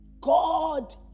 God